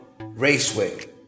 raceway